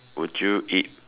would you eat